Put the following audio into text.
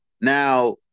Now